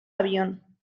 avión